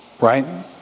right